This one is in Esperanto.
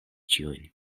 ĉiujn